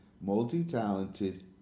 Multi-talented